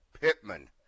Pittman